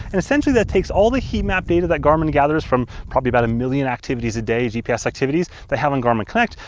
and essentially that takes all the heat-map data that garmin gathers from probably about a million activities a day gps activities, they have on garmin connect,